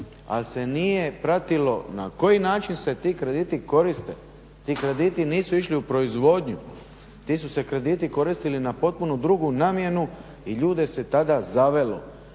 ali se nije pratilo na koji način se ti krediti koriste. Ti krediti nisu išli u proizvodnju. Ti su se krediti koristili na potpuno drugu namjenu i ljude se tada zavelo,